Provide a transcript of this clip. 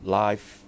life